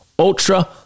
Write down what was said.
Ultra